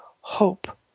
Hope